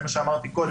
וזה מה שאמרתי קודם.